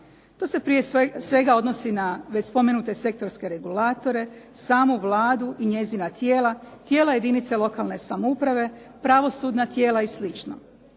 To se prije svega odnosi na već spomenute sektorske regulatore, samu Vladu i njezina tijela, tijela jedinica lokalne samouprave, pravosudna tijela i